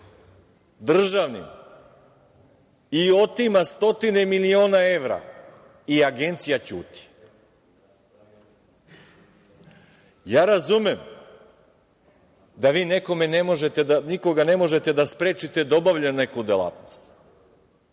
državnim i otima stotine miliona evra i Agencija ćuti. Ja razumem da vi nekome ne možete, da nikoga ne možete da sprečite da obavlja neku delatnost